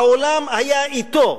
העולם היה אתו,